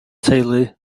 teulu